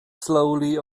slowly